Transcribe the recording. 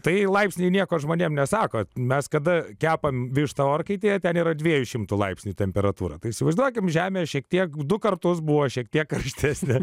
tai laipsniai nieko žmonėms nesako mes kada kepame vištą orkaitėje ten yra dviejų šimtų laipsnių temperatūra tai įsivaizduokime žemę šiek tiek du kartus buvo šiek tiek karštesnė